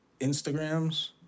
Instagrams